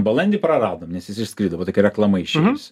balandį praradom nes jis išskrido buvo tokia reklama išėjus